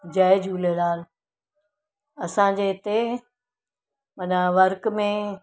जय झूलेलाल असांजे हिते माना वर्क में